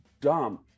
dumb